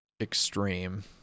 extreme